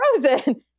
Frozen